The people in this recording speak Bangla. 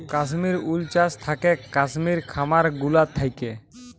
কাশ্মির উল চাস থাকেক কাশ্মির খামার গুলা থাক্যে